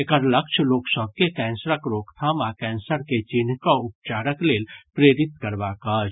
एकर लक्ष्य लोक सभ के कैंसरक रोकथाम आ कैंसर के चिन्हि कऽ उपचारक लेल प्रेरित करबाक अछि